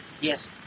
Yes